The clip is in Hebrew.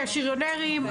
השריונרים,